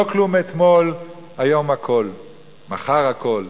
לא כלום אתמול, מחר הכול.